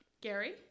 gary